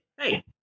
hey